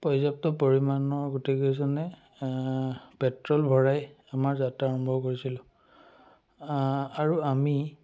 পৰ্যাপ্ত পৰিমাণৰ গোটেইকেইজনে পেট্ৰল ভৰাই আমাৰ যাত্ৰা আৰম্ভ কৰিছিলোঁ আৰু আমি